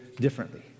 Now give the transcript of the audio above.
differently